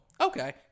Okay